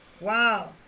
Wow